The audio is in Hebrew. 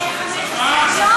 2014